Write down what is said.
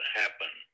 happen